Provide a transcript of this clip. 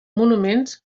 monuments